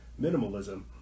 minimalism